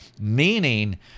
meaning